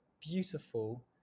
beautiful